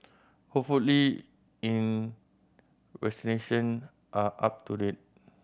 hopefully in vaccination are up to date